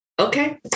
Okay